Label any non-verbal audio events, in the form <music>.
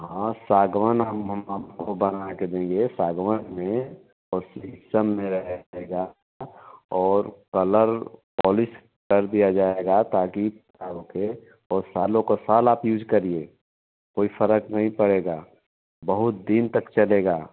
हँ सागवन हम हम आपको बनाकर देंगे सागवन में ओ शीशम में रहेगा और कलर पोलिश कर दिया जाएगा ताकि <unintelligible> होकर ओ सालों क साल आप यूज़ करिए कोई फर्क नहीं पड़ेगा बहुत दिन तक चलेगा